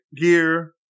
gear